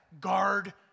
guard